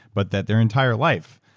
but that their entire life,